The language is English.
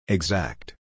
Exact